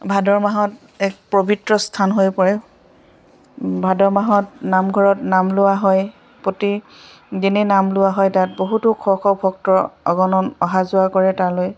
ভাদৰ মাহত এক পবিত্ৰ স্থান হৈ পৰে ভাদৰ মাহত নামঘৰত নাম লোৱা হয় প্ৰতি দিনে নাম লোৱা হয় তাত বহুতো শ শ ভক্ত অগণন অহা যোৱা কৰে তালৈ